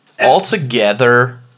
altogether